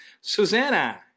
Susanna